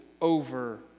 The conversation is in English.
over